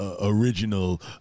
original